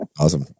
awesome